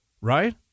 right